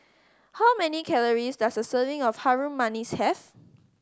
how many calories does a serving of Harum Manis have